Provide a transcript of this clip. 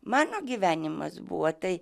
mano gyvenimas buvo tai